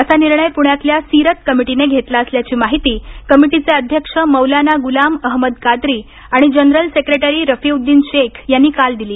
असा निर्णय प्ण्यातल्या सीरत कमिटीने घेतला असल्याची माहिती कमिटीचे अध्यक्ष मौलाना गुलाम अहमद कादरी आणि जनरल सेक्रेटरी रफिउद्दीन शेख यांनी काल दिली